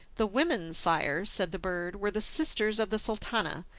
the women, sire, said the bird, were the sisters of the sultana,